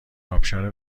آبشار